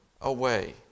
away